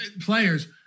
players